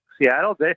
Seattle